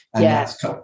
yes